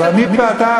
אז אני ואתה,